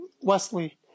Wesley